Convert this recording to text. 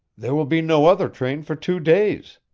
there will be no other train for two days.